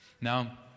Now